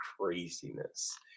craziness